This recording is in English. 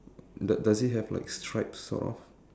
d~ does it have like stripes sort of